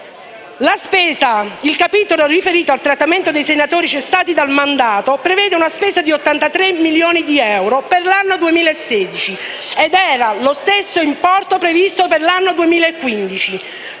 che il capitolo riferito al trattamento dei senatori cessati dal mandato, prevede una spesa di 83 milioni di euro per l'anno 2016. Questo era lo stesso importo previsto per l'anno 2015